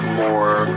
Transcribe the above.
more